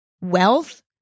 wealth